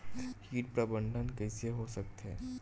कीट प्रबंधन कइसे हो सकथे?